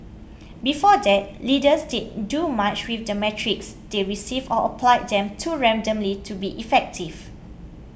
before that leaders didn't do much with the metrics they received or applied them too randomly to be effective